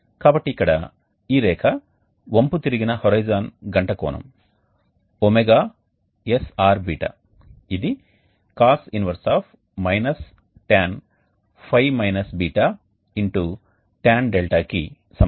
కాబట్టి ఇక్కడ ఈ రేఖ వంపుతిరిగిన హోరిజోన్ గంట కోణం ωsrß ఇది Cos 1 tan ϕ - ß x tan 𝛿కి సమానం